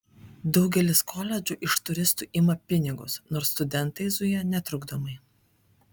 daugelis koledžų iš turistų ima pinigus nors studentai zuja netrukdomai